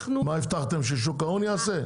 מה הבטחתם, ששוק ההון יעשה?